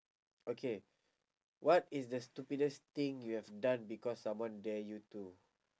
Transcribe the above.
okay what is the stupidest thing you have done because someone dare you to